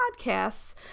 podcasts